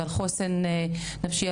על חוסן נפשי,